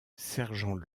sergent